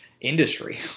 industry